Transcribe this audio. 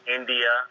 India